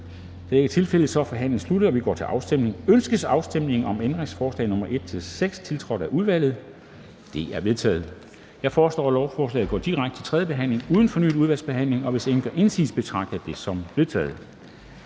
Afstemning Formanden (Henrik Dam Kristensen): Ønskes afstemning om ændringsforslag nr. 1-6, tiltrådt af udvalget? De er vedtaget. Jeg foreslår, at lovforslaget går direkte til tredje behandling uden fornyet udvalgsbehandling, og hvis ingen gør indsigelse, betragter jeg det som vedtaget.